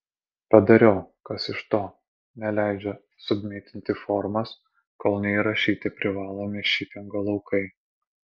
padariau kas iš to neleidžia submitinti formos kol neįrašyti privalomi šipingo laukai